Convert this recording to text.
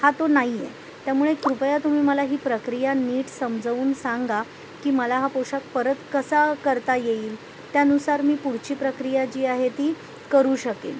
हा तो नाही आहे त्यामुळे कृपया तुम्ही मला ही प्रक्रिया नीट समजावून सांगा की मला हा पोशाख परत कसा करता येईल त्यानुसार मी पुढची प्रक्रिया जी आहे ती करू शकेन